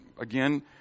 again